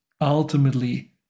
ultimately